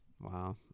Wow